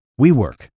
WeWork